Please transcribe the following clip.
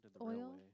oil